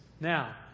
Now